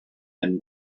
been